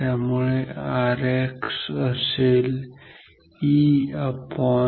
त्यामुळे Rx असेल EI